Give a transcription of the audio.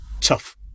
tough